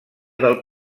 del